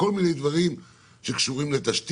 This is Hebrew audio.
אם זה כל מיני דברים שקשורים לתשתית,